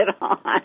on